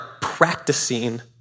practicing